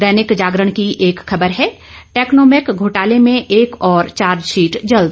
दैनिक जागरण की एक ख़बर है टैकनोमैक घोटाले में एक और चार्जशीट जल्द